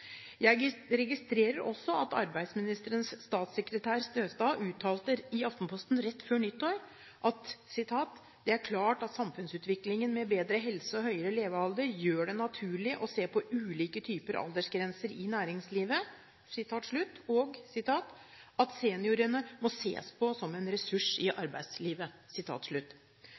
registrerer også at arbeidsministerens statssekretær Støstad uttalte i Aftenposten rett før nyttår: «Det er klart at samfunnsutviklingen med bedre helse og høyere levealder gjør det naturlig å se på ulike typer aldersgrenser i arbeidslivet.» Og videre: «Seniorene må ses på som en ressurs i